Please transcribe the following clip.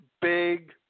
Big